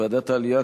ועדת העלייה,